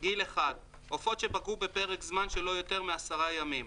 "גיל אחד" עופות שבקעו בפרק זמן שלא יותר מ-10 ימים,